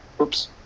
Oops